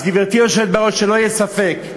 אז, גברתי היושבת בראש, שלא יהיה ספק,